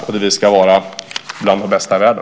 Där ska vi vara bland de bästa i världen.